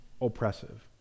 oppressive